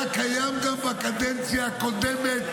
היה קיים גם בקדנציה הקודמת,